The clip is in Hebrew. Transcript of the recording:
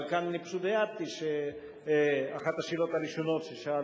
אבל כאן פשוט הערתי שאחת השאלות הראשונות ששאל